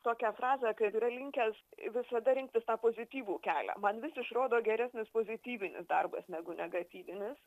tokią frazę kaip yra linkęs visada rinktis tą pozityvų kelią man vis išrodo geresnis pozityvinis darbas negu negatyvinis